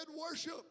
worship